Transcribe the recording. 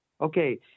Okay